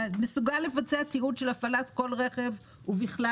כמו נוסע שמרים בצד הכביש את היד כדי